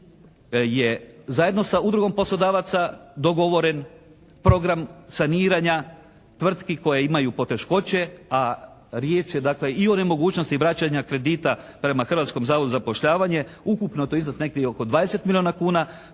je zajedno sa udrugom poslodavaca dogovoren program saniranja tvrtki koje imaju poteškoće, a riječ je dakle i o nemogućnosti vraćanja kredita prema Hrvatskom zavodu za zapošljavanje. Ukupno to je iznos od nekih 20 milijuna kuna.